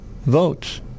votes